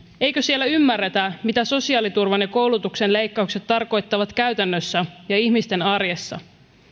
eikö siellä ymmärretä mitä sosiaaliturvan ja koulutuksen leikkaukset tarkoittavat käytännössä ja ihmisten arjessa